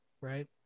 right